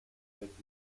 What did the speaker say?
hält